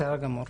בסדר גמור.